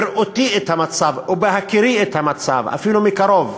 בראותי את המצב ובהכירי את המצב, אפילו מקרוב,